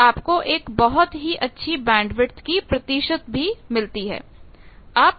और आपको एक बहुत ही अच्छी बैंडविथ की प्रतिशत मिलती है